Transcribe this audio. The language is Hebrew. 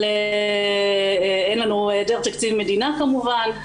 העדר תקציב מדינה כמובן,